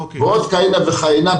ועוד כהנה וכהנה,